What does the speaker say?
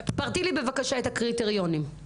פרטי לי, בבקשה, את הקריטריונים.